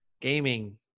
gaming